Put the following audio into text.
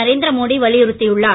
நரேந்திர மோடி வலியுறுத்தியுள்ளார்